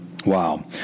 Wow